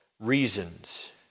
Reasons